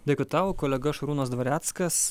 dėkui tau kolega šarūnas dvareckas